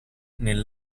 nel